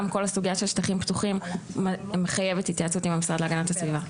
גם כל הסוגיה של שטחים פתוחים מחייבת התייעצות עם המשרד להגנת הסביבה.